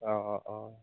অঁ অঁ অঁ